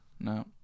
No